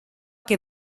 que